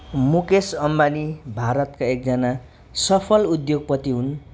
मुकेश अम्बानी भारतका एकजना सफल उद्योगपति हुन्